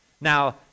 Now